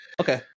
okay